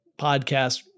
podcast